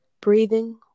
Breathing